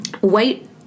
white